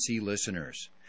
listeners